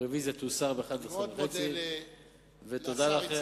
הרוויזיה תוסר ב- 11:30. תודה לכם,